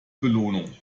belohnung